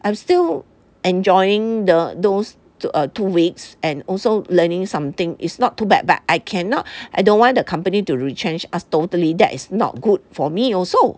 I'm still enjoying the those two two weeks and also learning something is not too bad but I cannot I don't want the commpany to retrench us totally that is not good for me also